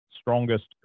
strongest